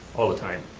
all the time.